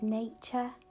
nature